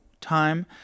time